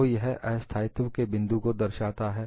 तो यह अस्थायित्व के बिंदु को दर्शाता है